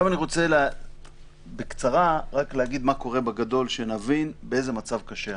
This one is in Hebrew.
אני רוצה בקצרה לומר מה קורה כדי שנבין באיזה מצב קשה אנחנו.